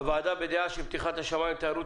הוועדה בדעה שפתיחת השמים לתיירות